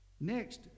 Next